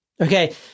Okay